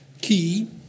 key